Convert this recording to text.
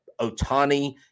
Otani